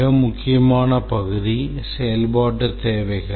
மிக முக்கியமான பகுதி செயல்பாட்டுத் தேவைகள்